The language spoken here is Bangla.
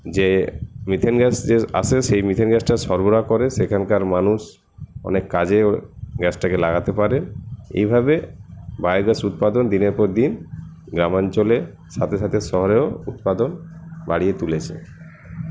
যে মিথেন গ্যাস আসে সেই মিথেন গ্যাসটা সরবরাহ করে সেখানকার মানুষ অনেক কাজে গ্যাসটাকে লাগাতে পারে এইভাবে বায়োগ্যাস উৎপাদন দিনের পর দিন গ্রামাঞ্চলে সাথে সাথে শহরেও উৎপাদন বাড়িয়ে তুলেছে